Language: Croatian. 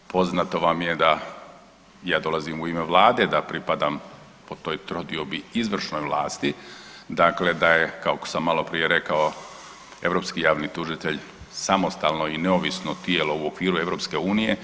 Poznato vam je da ja dolazim u ime Vlade, da pripadam po toj trodiobi izvršnoj vlasti, dakle da je kako sam maloprije rekao, europski javni tužitelj samostalno i neovisno tijelo u okviru EU.